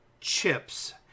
chips